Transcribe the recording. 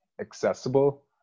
accessible